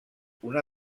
una